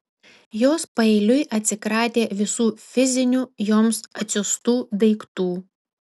jos paeiliui atsikratė visų fizinių joms atsiųstų daiktų